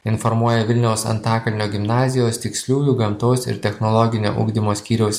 informuoja vilniaus antakalnio gimnazijos tiksliųjų gamtos ir technologinio ugdymo skyriaus